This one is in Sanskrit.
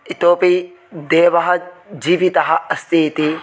इतोपि देवः जीवितः अस्ति इति